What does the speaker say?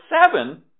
seven